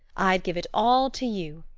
i'd give it all to you,